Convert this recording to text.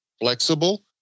flexible